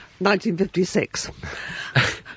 1956